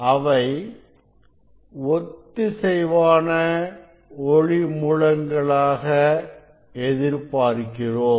அவை ஒத்திசைவான ஒளி மூலங்களாக எதிர்பார்க்கிறோம்